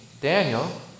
Daniel